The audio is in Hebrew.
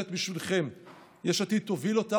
אז אני מבין על מה את מדברת.